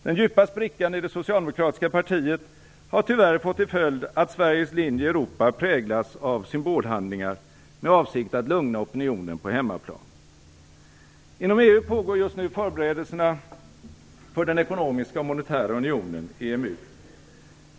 Den djupa sprickan i det socialdemokratiska partiet har tyvärr fått till följd att Sveriges linje i Europa präglas av symbolhandlingar med avsikt att lugna opinionen på hemmaplan. Inom EU pågår just nu förberedelserna för den ekonomiska och monetära unionen, EMU.